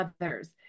others